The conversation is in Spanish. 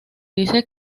dice